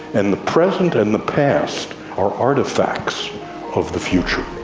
and the present and the past are artefacts of the future.